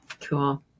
Cool